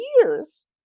years